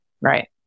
Right